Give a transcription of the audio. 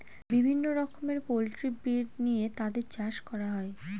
বিভিন্ন রকমের poultry breed নিয়ে তাদের চাষ করা হয়